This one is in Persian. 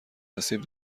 آسیب